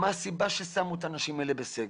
מה הסיבה ששמו את האנשים האלה בסגר,